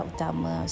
Utama